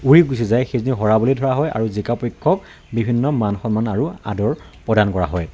উৰি গুছি যায় সেইজনী হৰা বুলি ধৰা হয় আৰু বুলি জিকা পক্ষক বিভিন্ন মান সন্মান আৰু আদৰ প্ৰদান কৰা হয়